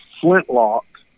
flintlock